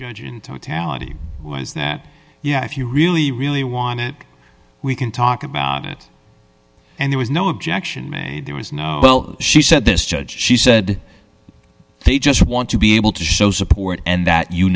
judge in totality is that you know if you really really want it we can talk about it and there is no objection made there was no well she said this judge she said they just want to be able to show support and that you